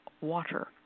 water